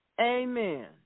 Amen